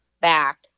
back